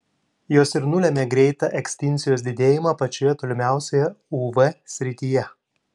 jos ir nulemia greitą ekstinkcijos didėjimą pačioje tolimiausioje uv srityje